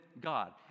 God